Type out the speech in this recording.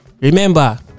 remember